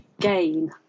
gain